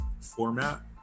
format